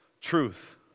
truth